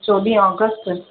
चोवीह अगस्त